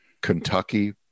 Kentucky